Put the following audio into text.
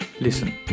Listen